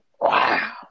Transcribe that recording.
Wow